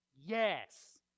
Yes